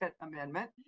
amendment